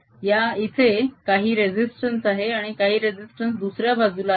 या इथे काही रेसिस्तंस आहे आणि काही रेसिस्तंस दुसऱ्या बाजूला आहे